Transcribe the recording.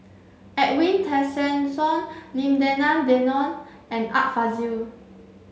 Edwin Tessensohn Lim Denan Denon and Art Fazil